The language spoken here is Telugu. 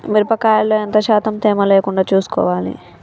మిరప కాయల్లో ఎంత శాతం తేమ లేకుండా చూసుకోవాలి?